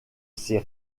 ces